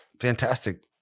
fantastic